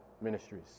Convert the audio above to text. ministries